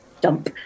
Dump